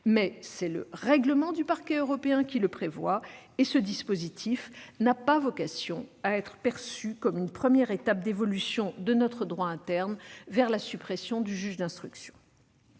Mais c'est le règlement du Parquet européen qui le prévoit et ce dispositif n'a pas vocation à être perçu comme une première étape d'évolution de notre droit interne vers la suppression du juge d'instruction.